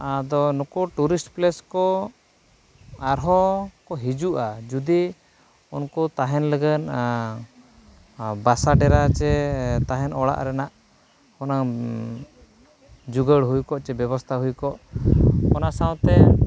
ᱟᱫᱚ ᱱᱩᱠᱩ tourist place ᱠᱚ ᱟᱨᱦᱚᱸ ᱠᱚ ᱦᱤᱡᱩᱜᱼᱟ ᱡᱩᱫᱤ ᱩᱱᱠᱩ ᱛᱟᱦᱮᱱ ᱞᱟᱹᱜᱤᱫ ᱵᱟᱥᱟᱼᱰᱮᱨᱟ ᱥᱮ ᱛᱟᱦᱮᱱ ᱚᱲᱟᱜ ᱨᱮᱱᱟᱜ ᱚᱱᱟ ᱡᱚᱜᱟᱲ ᱦᱩᱭᱠᱚᱜ ᱥᱮ ᱵᱮᱵᱚᱥᱛᱷᱟ ᱦᱩᱭᱠᱚᱜ ᱚᱱᱟ ᱥᱟᱶᱛᱮ